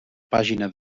pàgina